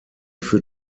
für